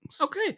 okay